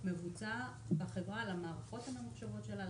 מבוצע בחברה על המערכות הממוחשבות שלה,